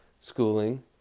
schooling